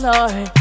Lord